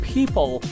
People